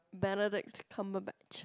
Benedict Cumberbatch